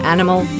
Animal